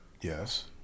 Yes